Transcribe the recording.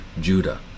Judah